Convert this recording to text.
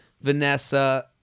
Vanessa